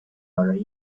are